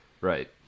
Right